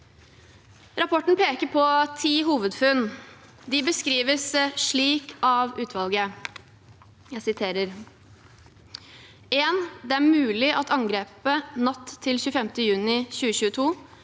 Rapporten peker på ti hovedfunn. De beskrives slik av utvalget: 1. Det er mulig at angrepet natt til 25. juni 2022